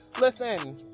Listen